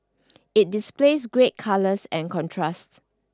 it displays great colours and contrast